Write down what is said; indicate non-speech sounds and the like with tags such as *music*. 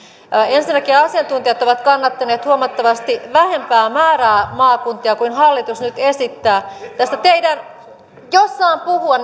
ensinnäkin asiantuntijat ovat kannattaneet huomattavasti vähempää määrää maakuntia kuin hallitus nyt esittää tästä teidän jos saan puhua *unintelligible*